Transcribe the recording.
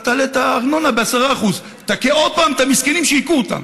אתה תעלה את הארנונה ב-10%; תכה עוד פעם את המסכנים שהיכו אותם.